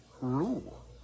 rule